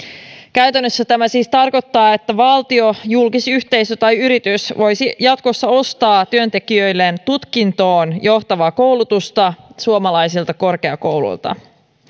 käytännössä tämä siis tarkoittaa että valtio julkisyhteisö tai yritys voisi jatkossa ostaa työntekijöilleen tutkintoon johtavaa koulutusta suomalaisilta korkeakouluilta